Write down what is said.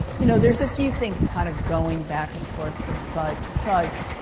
you know there's a few things kind of going back and forth from side to side.